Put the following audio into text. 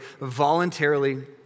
voluntarily